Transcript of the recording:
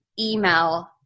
email